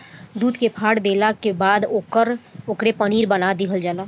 दूध के फार देला के बाद ओकरे पनीर बना दीहल जला